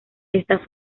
esta